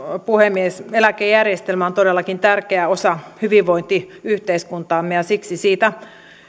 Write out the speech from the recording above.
puhemies eläkejärjestelmä on todellakin tärkeä osa hyvinvointiyhteiskuntaamme ja siksi siitä